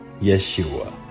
Yeshua